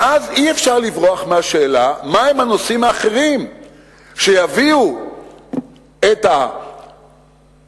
ואז אי-אפשר לברוח מהשאלה מהם הנושאים האחרים שיביאו את ההישגים,